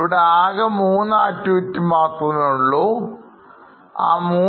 ഇവിടെ ആകെ മൂന്ന് ആക്ടിവിറ്റി മാത്രമേ ഉള്ളൂ